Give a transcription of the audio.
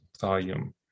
volume